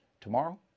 tomorrow